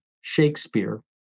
Shakespeare